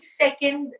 second